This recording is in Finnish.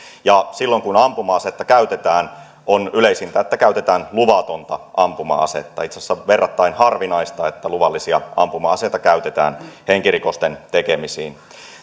ja silloin kun ampuma asetta käytetään on yleisintä että käytetään luvatonta ampuma asetta itse asiassa on verrattain harvinaista että luvallisia ampuma aseita käytetään henkirikosten tekemiseen